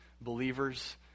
believers